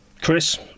Chris